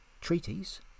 treaties